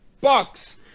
bucks